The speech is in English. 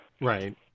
Right